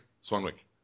Swanwick